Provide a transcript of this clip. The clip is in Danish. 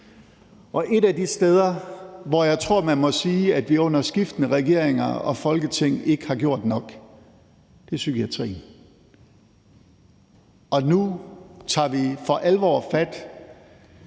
Et af de steder, hvor jeg tror at man må sige at vi under skiftende regeringer og skiftende Folketing ikke har gjort nok, er psykiatrien. Nu tager vi for alvor fat